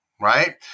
right